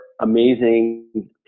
amazing